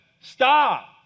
stop